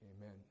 Amen